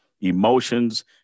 emotions